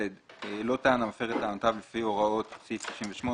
לא טען המפר את טענותיו לפי הוראות סעיף 68,